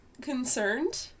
concerned